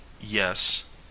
yes